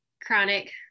chronic